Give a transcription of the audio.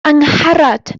angharad